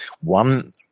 one